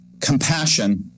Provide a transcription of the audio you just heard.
compassion